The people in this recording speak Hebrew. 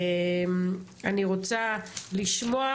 אני רוצה לשמוע